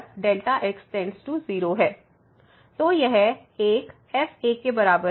तो यह 1 f के बराबर है